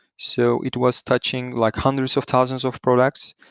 so it was touching like hundreds of thousands of products.